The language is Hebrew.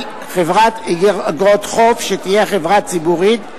על חברת איגרות חוב שהיא חברה ציבורית,